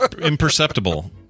imperceptible